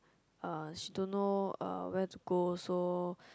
uh she don't know uh where to go so